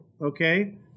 Okay